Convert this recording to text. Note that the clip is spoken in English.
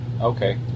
Okay